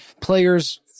players